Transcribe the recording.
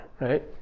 right